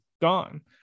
gone